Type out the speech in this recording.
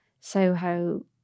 Soho